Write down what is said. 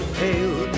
pale